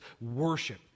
worship